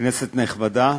כנסת נכבדה,